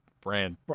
brand